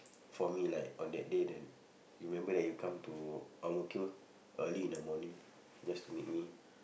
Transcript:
for me like on that day that you remember that you come to ang-mo-kio early in the morning just to meet me